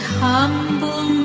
humble